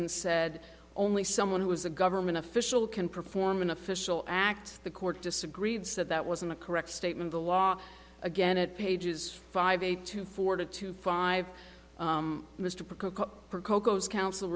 and said only someone who was a government official can perform an official act the court disagreed said that wasn't a correct statement the law again it pages five eight to four to five mr parker cocos coun